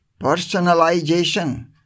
personalization